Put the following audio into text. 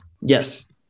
Yes